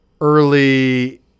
early